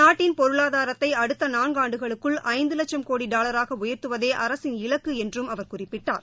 நாட்டின் பொருளாதாரத்தை அடுத்த நான்காண்டுகளுக்குள் ஐந்து வட்சும் கோடி டாலராக உயர்த்துவதே அரசின் இலக்கு என்றும் அவர் குறிப்பிட்டார்